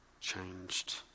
changed